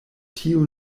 tio